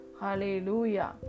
Hallelujah